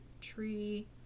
tree